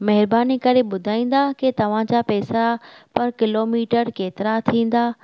महिरबानी करे ॿुधाईंदा की तव्हांजा पैसा पर किलोमीटर केतिरा थींदा